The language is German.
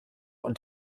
und